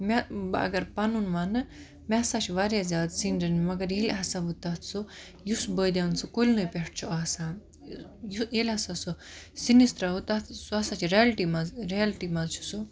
مےٚ بہٕ اَگَر پَنُن وَنہٕ مےٚ ہَسا چھِ واریاہ زیادٕ سِنۍ رٔنمِت مَگَر ییٚلہِ ہَسا بہٕ تَتھ سُہ یُس بٲدیانہٕ سُہ کُلنٕے پیٚٹھ چھُ آسان ییٚلہِ ہَسا سُہ سِنِس ترٛاوو تَتھ سُہ ہَسا چھُ ریلٹی مَنٛز ریلٹی مَنٛز چھُ سُہ